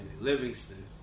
Livingston